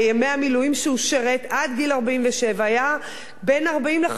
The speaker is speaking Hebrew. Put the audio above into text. לשנה שהוא שירת עד גיל 47 היה בין 40 ל-50 יום.